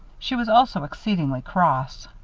she was also exceedingly cross.